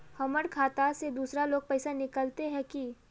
हमर खाता से दूसरा लोग पैसा निकलते है की?